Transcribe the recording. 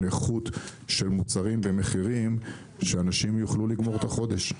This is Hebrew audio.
איכות של מוצרים ומחירים שאנשים יוכלו לגמור את החודש.